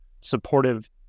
supportive